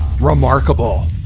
remarkable